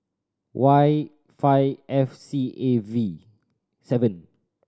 Y five F C A V seven